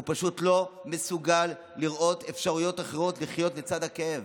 הוא פשוט לא מסוגל לראות אפשרויות אחרות לחיות לצד הכאב.